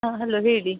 ಹಾಂ ಹಲೋ ಹೇಳಿ